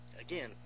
again